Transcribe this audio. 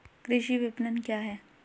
कृषि विपणन क्या है?